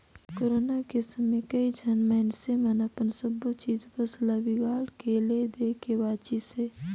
corona के समे कइझन मइनसे मन अपन सबो चीच बस ल बिगाड़ के ले देके बांचिसें